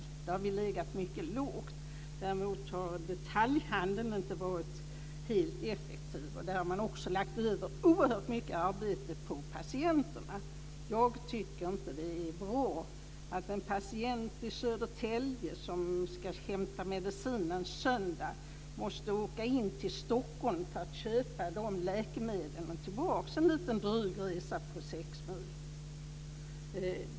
Där har vi legat mycket lågt. Däremot har detaljhandeln inte varit helt effektiv. Där har man också lagt över oerhört mycket arbete på patienterna. Jag tycker inte att det är bra att en patient i Södertälje som ska hämta medicin en söndag måste åka in till Stockholm. Det är en dryg resa, på sex mil.